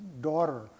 daughter